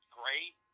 great